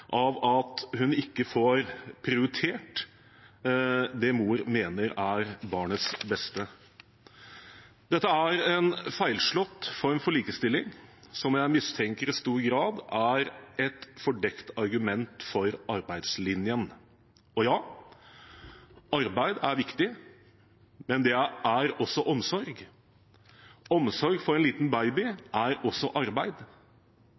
av at mor ikke får prioritert det mor mener er barnets beste. Dette er en feilslått form for likestilling, som jeg mistenker i stor grad er et fordekt argument for arbeidslinjen. Ja, arbeid er viktig, men det er også omsorg. Omsorg for en liten baby er også arbeid.